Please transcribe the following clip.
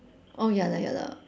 oh ya lah ya lah